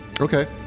Okay